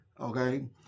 Okay